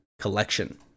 Collection